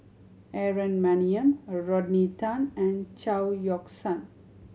Aaron Maniam Rodney Tan and Chao Yoke San